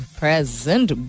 present